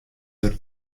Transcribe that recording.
der